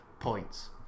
Points